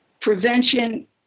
prevention